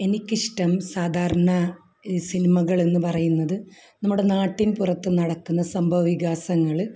എനിക്ക് ഇഷ്ടം സാധാരണ സിനിമകളെന്നു പറയുന്നത് നമ്മുടെ നാട്ടിൻ പുറത്ത് നടക്കുന്ന സംഭവ വികാസങ്ങൾ